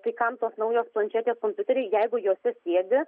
tai kam tos naujos planšetės kompiuteriai jeigu juose sėdi